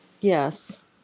Yes